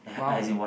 !wow!